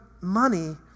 money